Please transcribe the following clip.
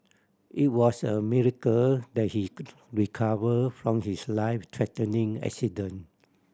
it was a miracle that he recovered from his life threatening accident